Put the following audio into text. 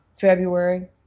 February